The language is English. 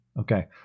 okay